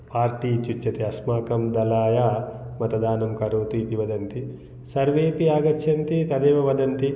party इत्युच्यते अस्माकं दलाय मतदानं करोतु इति वदन्ति सर्वेऽपि आगच्छन्ति तदेव वदन्ति